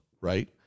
right